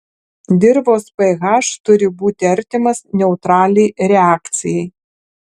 dirvos ph turi būti artimas neutraliai reakcijai